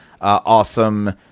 awesome